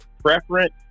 preference